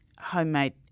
homemade